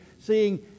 seeing